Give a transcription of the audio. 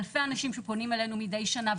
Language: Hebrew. אלפי אנשים שפונים אלינו מידי שנה.